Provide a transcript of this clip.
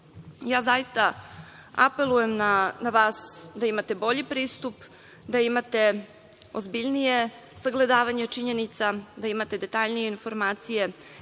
Zaista, ja apelujem na vas da imate bolji pristup, da imate ozbiljnije sagledavanje činjenica, da imate detaljnije informacije,